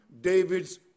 David's